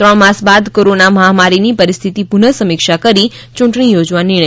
ત્રણ માસ બાદ કોરોના મહામારીની પરિસ્થિતિની પુનઃ સમીક્ષા કરી ચૂંટણી યોજવા નિર્ણય કર્યો છે